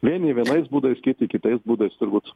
vieni vienais būdais kiti kitais būdais turbūt